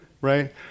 right